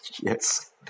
Yes